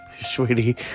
Sweetie